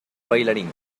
bailarín